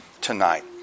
tonight